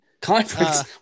conference